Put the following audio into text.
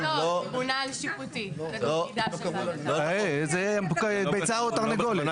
זה ביצה ותרנגולת.